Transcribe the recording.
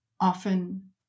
often